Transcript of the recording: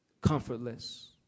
comfortless